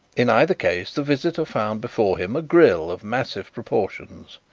in either case the visitor found before him a grille of massive proportions.